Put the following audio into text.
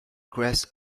grass